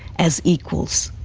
as equals.